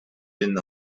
been